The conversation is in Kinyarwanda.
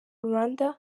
rwanda